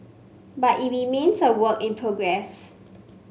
but it remains a work in progress